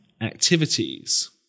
activities